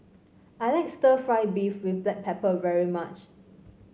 I like stir fry beef with Black Pepper very much